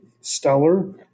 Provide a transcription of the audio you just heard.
stellar